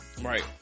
Right